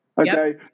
Okay